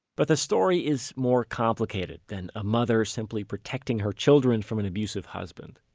but the story is more complicated than a mother simply protecting her children from an abusive husband.